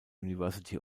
university